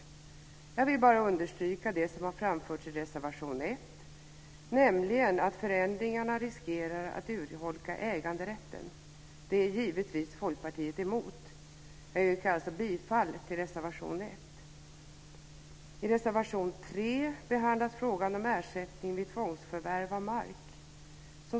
Jag vill bara understryka det som har framförts i reservation 1, nämligen att förändringarna riskerar att urholka äganderätten. Det är Folkpartiet givetvis emot. Jag yrkar alltså bifall till reservation 1. I reservation 3 behandlas frågan om ersättning vid tvångsförvärv av mark.